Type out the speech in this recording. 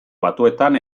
batuetan